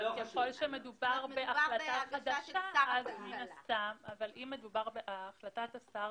החלטת השר